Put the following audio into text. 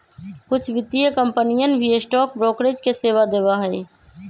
कुछ वित्तीय कंपनियन भी स्टॉक ब्रोकरेज के सेवा देवा हई